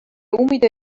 umido